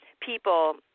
people